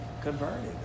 converted